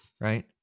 right